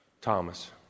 Thomas